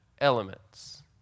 elements